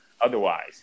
otherwise